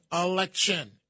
election